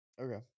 Okay